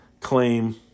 claim